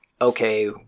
okay